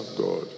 God